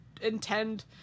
intend